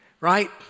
right